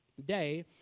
Day